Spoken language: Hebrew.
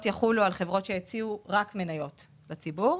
שיחולו על חברות שהציעו רק מניות לציבור.